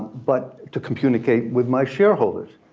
but to communicate with my shareholders.